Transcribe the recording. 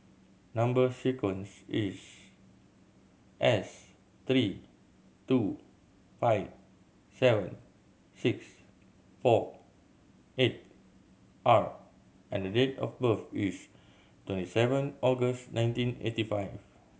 number sequence is S three two five seven six four eight R and the date of birth is twenty seven August nineteen eighty five